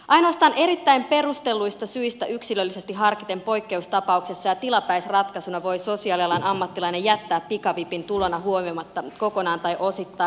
ainoastaan erittäin perustelluista syistä yksilöllisesti harkiten poikkeustapauksessa ja tilapäisratkaisuna voi sosiaalialan ammattilainen jättää pikavipin tulona huomioimatta kokonaan tai osittain